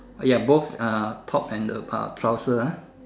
ya both uh top and the uh trouser ah